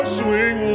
swing